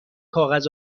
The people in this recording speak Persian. کاغذ